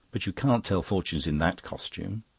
but you can't tell fortunes in that costume!